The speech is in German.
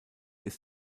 ist